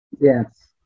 Yes